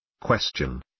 Question